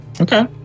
Okay